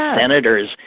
senators